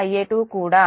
Va1 0